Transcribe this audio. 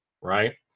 Right